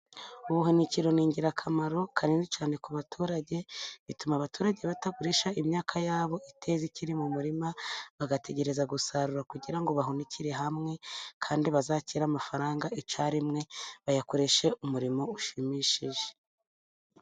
Ubuhunikiro ni ingirakamaro kanini cyane ku baturage, bituma abaturage batagurisha imyaka ya bo iteze ikiri mu murima, bagategereza gusarura kugira ngo bahunikire hamwe, kandi bazakire amafaranga icyarimwe, bayakoreshe umurimo ushimishije.